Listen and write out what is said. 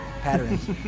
patterns